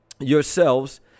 yourselves